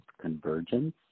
convergence